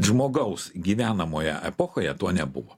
žmogaus gyvenamoje epochoje to nebuvo